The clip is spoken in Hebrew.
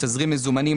לתזרים מזומנים,